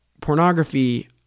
pornography